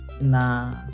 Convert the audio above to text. na